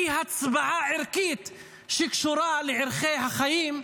ההצבעה שלכם היא הצבעה ערכית שקשורה לערכי החיים,